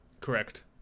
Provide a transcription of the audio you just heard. Correct